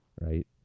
Right